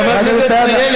חברת הכנסת איילת,